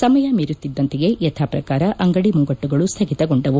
ಸಮಯ ಮೀರುತ್ತಿದ್ಲಂತೆಯೇ ಯಥಾ ಪ್ರಕಾರ ಅಂಗಡಿ ಮುಂಗಟ್ಟುಗಳು ಸ್ವಗಿತಗೊಂಡವು